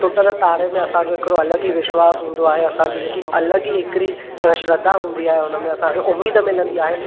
टुटंदड़ तारे में असांजो हिकिड़ो अलगि ई विश्वासु हूंदो आहे असांजी जेकी अलगि ई हिकड़ी श्रद्धा हूंदी आहे हुनमें असांखे उमीद मिलंदी आहे